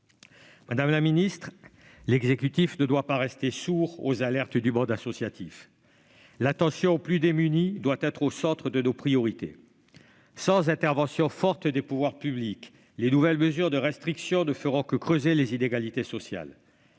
Madame la ministre, l'exécutif ne doit pas rester sourd aux alertes du monde associatif. L'attention aux plus démunis doit être au centre de nos priorités. Sans intervention forte des pouvoirs publics, les nouvelles mesures de restriction ne feront que creuser les inégalités sociales.